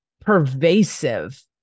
pervasive